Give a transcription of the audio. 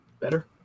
better